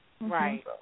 Right